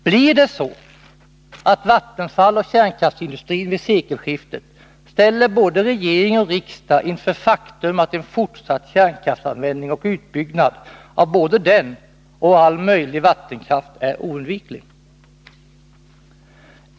Kommer Vattenfall och kärnkraftsindustrin vid sekelskiftet att ställa både regering och riksdag inför faktum att en fortsatt kärnkraftsanvändning och utbyggnad av både kärnkraften och all möjlig vattenkraft är oundviklig?